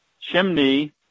chimney